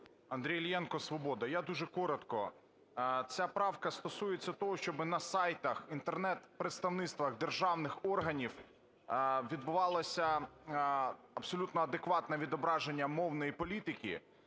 Андрій Іллєнко, "Свобода". Я дуже коротко. Ця правка стосується того, щоби на сайтах інтернет-представництвах державних органів відбувалося абсолютно адекватне відображення мовної політики